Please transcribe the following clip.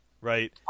right